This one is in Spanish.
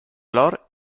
olor